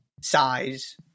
size